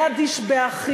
יד איש באחיו,